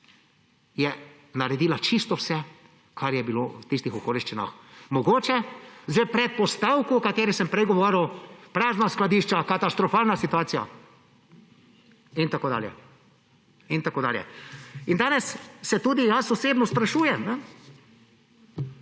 je naredila čisto vse, kar je bilo v tistih okoliščinah; mogoče s predpostavko, o kateri sem prej govoril: prazna skladišča, katastrofalna situacija in tako dalje in tako dalje. Danes se tudi osebno sprašujem